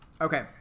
okay